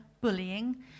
bullying